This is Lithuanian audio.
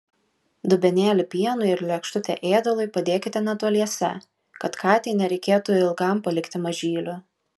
dubenėlį pienui ir lėkštutę ėdalui padėkite netoliese kad katei nereikėtų ilgam palikti mažylių